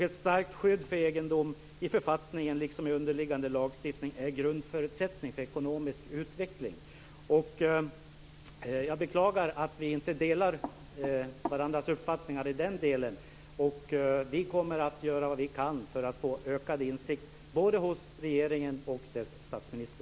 Ett starkt skydd för egendom i författningen liksom i underliggande lagstiftning är grundförutsättning för ekonomisk utveckling. Jag beklagar att vi inte delar varandras uppfattningar i den delen. Vi kommer att göra vad vi kan för att få ökad insikt både hos regeringen och hos dess statsminister.